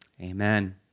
amen